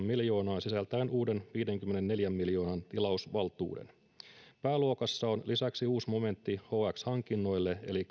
miljoonaa sisältäen uuden viidenkymmenenneljän miljoonan tilausvaltuuden pääluokassa on lisäksi uusi momentti hx hankinnoille eli